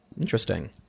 interesting